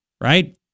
Right